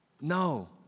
No